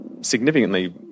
significantly